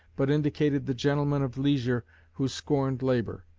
but indicated the gentleman of leisure who scorned labor.